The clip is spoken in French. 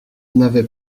n’avaient